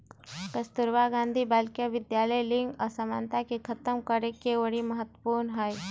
कस्तूरबा गांधी बालिका विद्यालय लिंग असमानता के खतम करेके ओरी महत्वपूर्ण हई